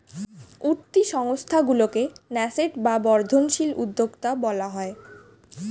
উঠতি সংস্থাগুলিকে ন্যাসেন্ট বা বর্ধনশীল উদ্যোক্তা বলা হয়